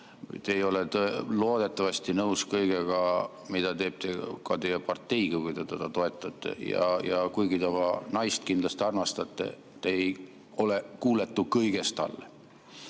Te ei ole loodetavasti nõus kõigega, mida teeb ka teie partei, kuigi te teda toetate. Ja kuigi te oma naist kindlasti armastate, te ei kuuletu talle